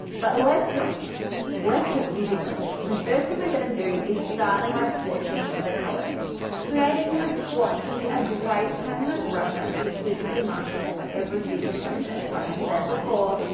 but let's so let's get using them. so the first thing we're going to do is start by swatching the colors. creating a swatch can be a great permanent reference to keep with your markers for every future project. like i said before,